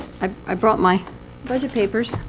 i brought my budget papers.